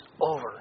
over